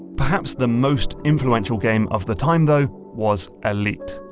perhaps the most influential game of the time, though, was elite.